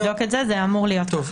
נבדוק את זה, זה אמור להיות ככה.